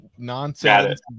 Nonsense